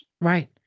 Right